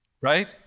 Right